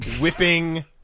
whipping